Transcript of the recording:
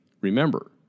remember